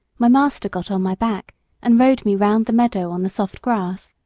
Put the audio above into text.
my master got on my back and rode me round the meadow on the soft grass.